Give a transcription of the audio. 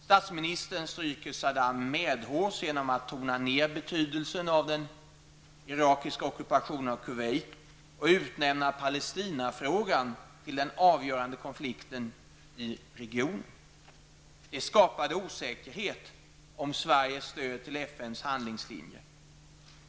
Statsministern strycker Saddam Hussein medhårs genom att tona ned betydelsen av den irakiska ockupationen av Kuwait och utnämna Palestinafrågan till den avgörande konflikten i regionen. Det skapade osäkerhet om Sveriges stöd till FNs handlingslinje.